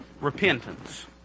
Repentance